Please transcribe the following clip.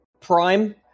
Prime